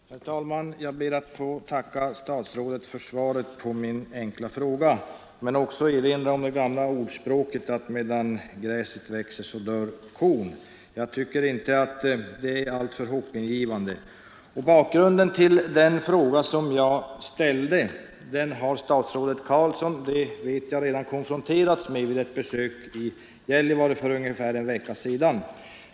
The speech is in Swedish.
Herr talman! Jag ber att få tacka statsrådet Carlsson för svaret på min enkla fråga, men jag vill också erinra om det gamla ordspråket att medan gräset växer, dör kon. Jag tycker inte att svaret är alltför hoppingivande. Jag vet att statsrådet Carlsson redan har konfronterats med bakgrunden till den fråga som jag ställde vid ett besök i Gällivare för ungefär en vecka sedan.